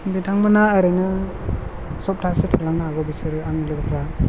बिथांमोना ओरैनो सफ्तासे थालांनो हागौ बिसोरो आंनि लोगोफ्रा